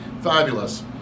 Fabulous